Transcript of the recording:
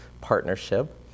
partnership